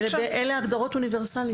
אלה הגדרות אוניברסליות.